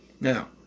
Now